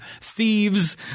thieves